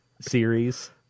series